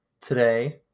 today